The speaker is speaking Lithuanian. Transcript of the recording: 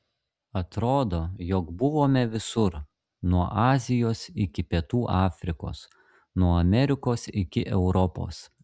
atrodo jog buvome visur nuo azijos iki pietų afrikos nuo amerikos iki europos